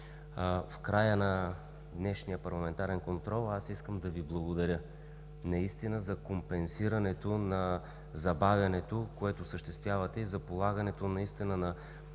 В края на днешния парламентарен контрол аз искам да Ви благодаря за компенсирането на забавянето, което осъществявате, и за полагането на усилия, за